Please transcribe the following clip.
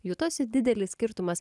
jutosi didelis skirtumas